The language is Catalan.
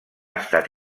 estat